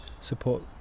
support